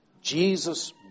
Jesus